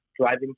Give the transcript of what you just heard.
driving